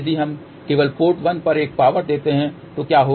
इसलिए यदि हम केवल पोर्ट 1 पर एक पावर देते हैं तो क्या होगा